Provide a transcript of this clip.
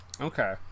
Okay